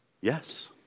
Yes